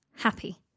Happy